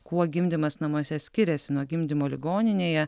kuo gimdymas namuose skiriasi nuo gimdymo ligoninėje